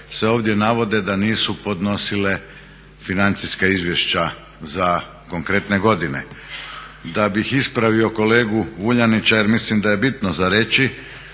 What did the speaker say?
se ovdje navode da nisu podnosile financijska izvješća za konkretne godine. Da bih ispravio kolegu Vuljanića jer mislim da je bitno za reći,